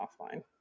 offline